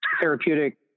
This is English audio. therapeutic